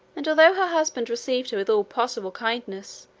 and although her husband received her with all possible kindness,